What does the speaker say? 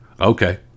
okay